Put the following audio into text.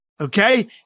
Okay